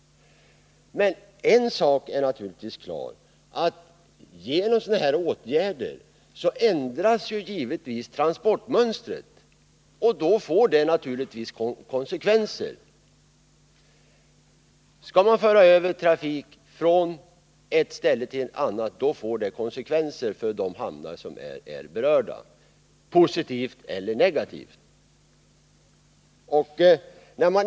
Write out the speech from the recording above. En sak är naturligtvis klar: genom de här åtgärderna ändras transportmönstret, och det får konsekvenser. Skall man föra över trafik från ett ställe till ett annat får det konsekvenser för de hamnar som är berörda — positiva eller negativa konsekvenser.